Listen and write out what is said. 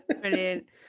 Brilliant